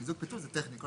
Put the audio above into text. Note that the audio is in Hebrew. המיזוג/פיצול זה טכני.